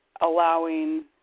allowing